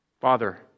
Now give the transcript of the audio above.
Father